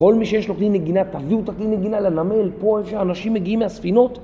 כל מי שיש לו כלי נגינה, תביאו את הכלי נגינה לנמל, פה איפה שהאנשים מגיעים מהספינות.